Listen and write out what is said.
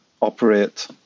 operate